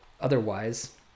otherwise